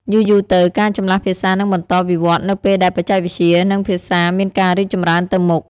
យូរៗទៅ ការចម្លាស់ភាសានឹងបន្តវិវឌ្ឍនៅពេលដែលបច្ចេកវិទ្យា និងភាសាមានការរីកចម្រើនទៅមុខ។